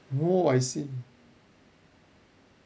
!whoa! I see